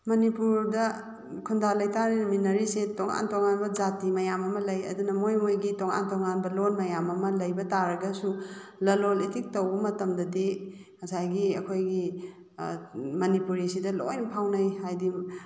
ꯃꯅꯤꯄꯨꯔꯗ ꯈꯨꯟꯗꯥ ꯂꯩꯇꯥꯃꯤꯟꯅꯔꯤꯁꯦ ꯇꯣꯉꯥꯟ ꯇꯣꯉꯥꯟꯕ ꯖꯥꯇꯤ ꯃꯌꯥꯝ ꯑꯃ ꯂꯩ ꯑꯗꯨꯅ ꯃꯣꯏ ꯃꯣꯏꯒꯤ ꯇꯣꯉꯥꯟ ꯇꯣꯉꯥꯟꯕ ꯂꯣꯟ ꯃꯌꯥꯝ ꯑꯃ ꯂꯩꯕ ꯇꯥꯔꯒꯁꯨ ꯂꯂꯣꯟ ꯏꯇꯤꯛ ꯇꯧꯕ ꯃꯇꯝꯗꯗꯤ ꯉꯁꯥꯏꯒꯤ ꯑꯩꯈꯣꯏꯒꯤ ꯃꯅꯤꯄꯨꯔꯤꯁꯤꯗ ꯂꯣꯏ ꯐꯥꯎꯅꯩ ꯍꯥꯏꯗꯤ